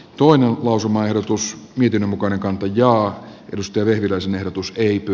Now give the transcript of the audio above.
tuon lausumaehdotus viiden mukana kantoja edusti vehviläisen ehdotus liittyy